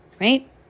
right